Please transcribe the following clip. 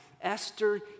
Esther